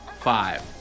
Five